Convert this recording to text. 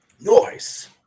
Noise